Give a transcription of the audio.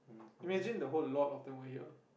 imagine the whole lot of them over here